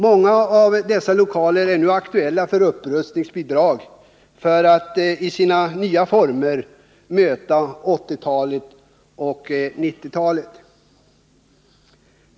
Många av dessa lokaler är nu aktuella för upprustningsbidrag för att i sin nya form möta 1980 och 1990-talen.